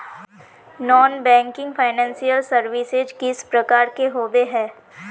Non banking financial services किस प्रकार के होबे है?